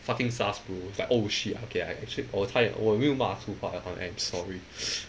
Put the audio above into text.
fucking sus bro it's like oh shit okay I actually 我差一点我有没有骂粗话 I I am sorry